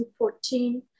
2014